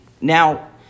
Now